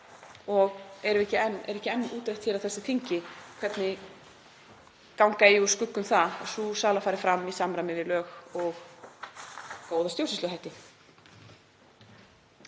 og er ekki enn útrætt á þessu þingi hvernig ganga eigi úr skugga um að sú sala fari fram í samræmi við lög og góða stjórnsýsluhætti.